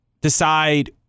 decide